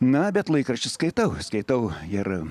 na bet laikraščius skaitau skaitau ir